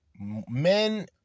men